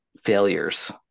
failures